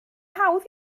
hawdd